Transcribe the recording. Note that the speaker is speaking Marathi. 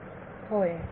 विद्यार्थी होय